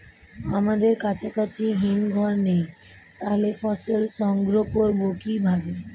আমাদের কাছাকাছি হিমঘর নেই তাহলে ফসল সংগ্রহ করবো কিভাবে?